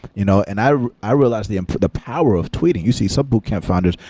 you know and i i realize the and the power of tweeting. you see some boot camp founders,